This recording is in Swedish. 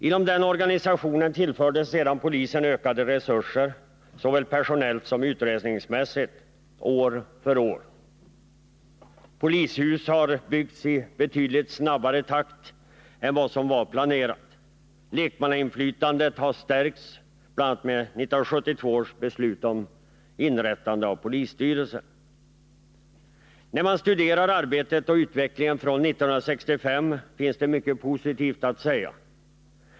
Inom den organisationen tillfördes sedan polisen ökade resurser — såväl personellt som utrustningsmässigt — år efter år. Polishus har byggts i betydligt snabbare takt än vad som var planerat. Lekmannainflytandet har stärkts, bl.a. genom 1972 års beslut om inrättandet av polisstyrelser. När man studerar arbetet och utvecklingen från 1965 finner man att det finns mycket positivt att säga.